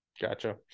Gotcha